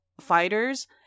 Fighters